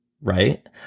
right